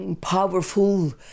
powerful